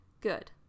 Good